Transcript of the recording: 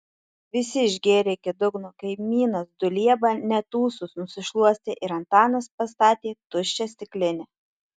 visi išgėrė iki dugno kaimynas dulieba net ūsus nusišluostė ir antanas pastatė tuščią stiklinę